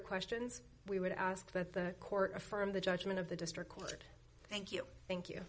questions we would ask that the court affirm the judgment of the district court thank you thank you